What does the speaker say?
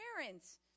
parents